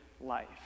life